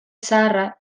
zaharra